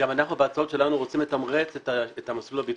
גם אנחנו בהצעות שלנו רוצים לתמרץ את המסלול הביטחוני,